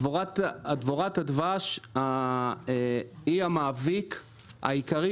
דבורת הדבר היא המאביק העיקרי,